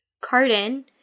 Carden